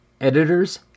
Editors